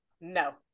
no